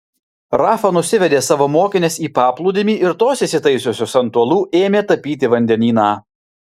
rafa nusivedė savo mokines į paplūdimį ir tos įsitaisiusios ant uolų ėmė tapyti vandenyną